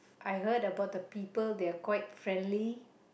I heard about the people they're quite friendly